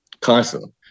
constantly